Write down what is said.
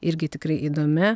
irgi tikrai įdomia